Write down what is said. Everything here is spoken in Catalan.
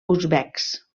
uzbeks